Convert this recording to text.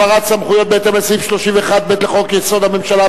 סמכויות בהתאם לסעיף 31(ב) לחוק-יסוד: הממשלה,